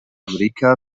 أمريكا